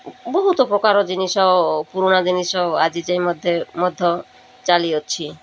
ବହୁତ ପ୍ରକାର ଜିନିଷ ପୁରୁଣା ଜିନିଷ ଆଜି ଯାଇ ମଧ୍ୟ ଚାଲିଅଛି